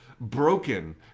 broken